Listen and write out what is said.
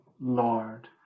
Lord